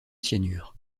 cyanure